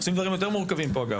עושים דברים יותר מורכבים פה, אגב.